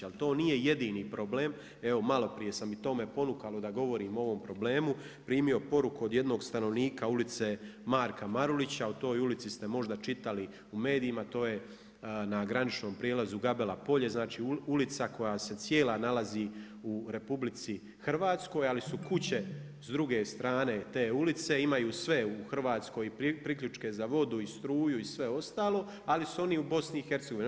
Ali to nije jedini problem, evo maloprije sam, i to me ponukalo da govorim o ovom problemu, primio poruku od jednog stanovnika Ulice Marka Marulića, o toj ulici ste možda čitali u medijima, to je na graničnom prijelazu Gabela polje, znači ulica koja se cijela nalazi u RH, a li su kuće s druge strane te ulice, imaju sve u Hrvatskoj priključke za vodu i struju i sve ostalo, ali su oni u BiH-u.